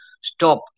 stop